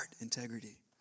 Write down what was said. integrity